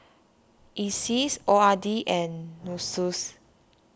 Iseas O R D and Nussu